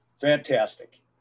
Fantastic